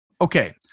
Okay